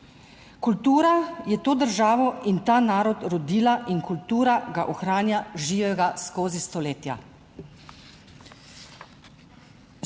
Kultura je to državo in ta narod rodila in kultura ga ohranja živega skozi stoletja.